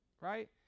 right